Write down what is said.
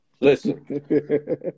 Listen